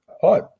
Hi